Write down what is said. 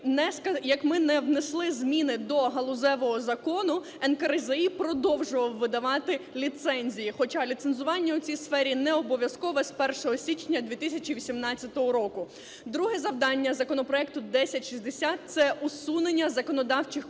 як ми не внесли зміни до галузевого закону, НКРЗІ продовжував видавати ліцензії, хоча ліцензування у цій сфері не обов'язкове з 1 січня 2018 року. Друге завдання законопроекту 1060 – це усунення законодавчих колізій